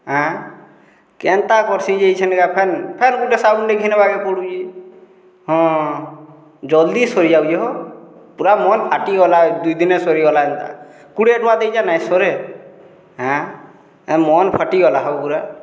ଆଁ କେନ୍ତା କର୍ସିଁ ଇଛିନ୍କା ଫେନ୍ ଫେର୍ ଗୋଟେ ସାବୁନ୍ଟେ ଘିନିବାକେ ପଡ଼ୁଛେ ହଁ ଜଲ୍ଦି ସରିଯାଉଛେ ହୋ ପୁରା ମନ୍ ଫାଟିଗଲା ଦୁଇଦିନେ ସରିଗଲା ଯେନ୍ତା କୁଡ଼େ ଟଙ୍କା ଦେଇଚେଁ ନାଇଁ ସରେ ଏଁ ମନ୍ ଫାଟିଗଲା ହୋ ପୁରା